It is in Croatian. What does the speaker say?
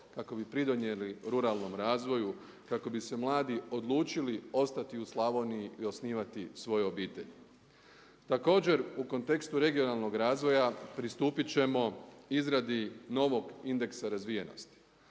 kako bi pridonijeli ruralnom razvoju, kako bi se mladi odlučili ostati u Slavoniji i osnivati svoje obitelji. Također u kontekstu regionalnog razvoja pristupiti ćemo izradi novog indeksa razvijenosti.